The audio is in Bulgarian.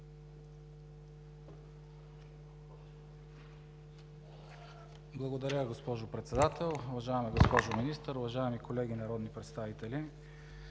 Благодаря, госпожо Председател. Уважаема госпожо Министър, уважаеми колеги народни представители!